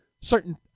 certain